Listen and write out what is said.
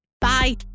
Bye